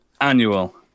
annual